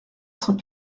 cents